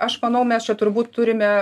aš manau mes čia turbūt turime